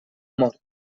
mort